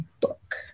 book